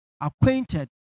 acquainted